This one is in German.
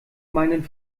meinen